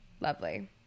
lovely